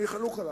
אני חלוק עליו.